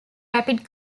rapid